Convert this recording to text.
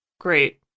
great